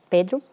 Pedro